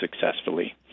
successfully